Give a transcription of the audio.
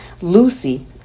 Lucy